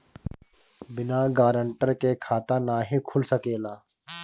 बिना गारंटर के खाता नाहीं खुल सकेला?